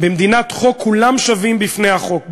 במדינת חוק כולם שווים בפני החוק.